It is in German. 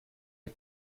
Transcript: die